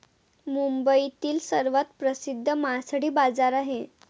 मुंबईतील सर्वात प्रसिद्ध मासळी बाजार आहे